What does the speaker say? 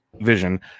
vision